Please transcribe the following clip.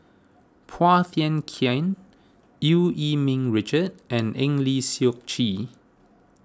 Phua Thin Kiay Eu Yee Ming Richard and Eng Lee Seok Chee